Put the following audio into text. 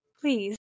Please